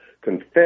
confess